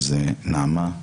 נעמה,